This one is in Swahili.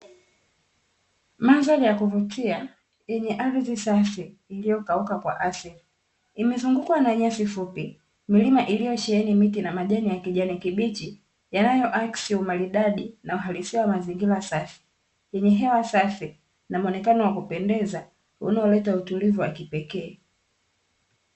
Mandhari ya kuvutia yenye ardhi safi iliyokauka kwa asili. Imezungukwa na nyasi fupi, milima iliyosheheni miti na majani ya kijani kibichi yanayoakisi umaridadi na uhalisia mazingira safi, yenye hewa safi na muonekano wa kupendeza, unaoleta utulivu wa kipekee.